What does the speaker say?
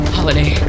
Holiday